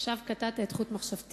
עכשיו קטעת את חוט מחשבתי.